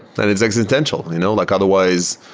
that is existential. you know like otherwise,